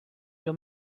your